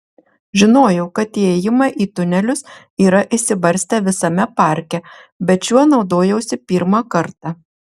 žinojau kad įėjimai į tunelius yra išsibarstę visame parke bet šiuo naudojausi pirmą kartą